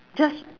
just